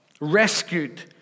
rescued